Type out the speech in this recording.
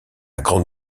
grande